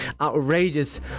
outrageous